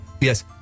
Yes